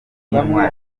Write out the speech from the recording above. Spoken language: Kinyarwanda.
by’ukuri